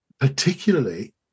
particularly